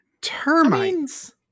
Termites